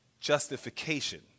justification